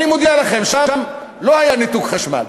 אני מודיע לכם: שם לא היה ניתוק חשמל.